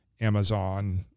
Amazon